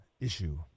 issue